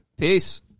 Peace